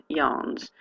yarns